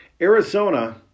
Arizona